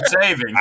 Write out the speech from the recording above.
saving